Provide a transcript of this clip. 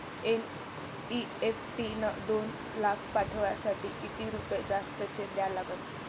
NEFT न दोन लाख पाठवासाठी किती रुपये जास्तचे द्या लागन?